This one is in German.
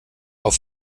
auf